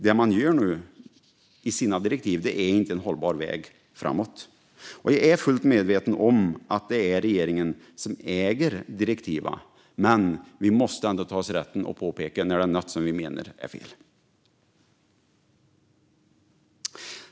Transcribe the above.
Det man nu gör i sina direktiv är inte en hållbar väg framåt. Jag är fullt medveten om att det är regeringen som äger direktiven, men vi måste ändå ta oss rätten att påpeka när det finns något som vi menar är fel.